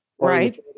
Right